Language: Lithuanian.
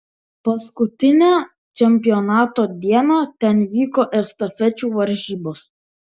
paskutinę čempionato dieną ten vyko estafečių varžybos